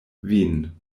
vin